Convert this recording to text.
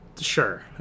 Sure